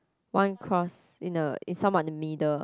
one cross in the in some of the middle